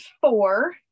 four